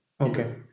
Okay